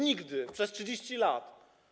nigdy przez 30 lat.